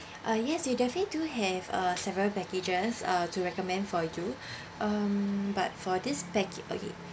uh yes we definitely do have uh several packages uh to recommend for you um but for this pack okay